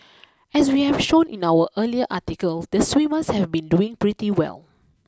as we have shown in our earlier article the swimmers have been doing pretty well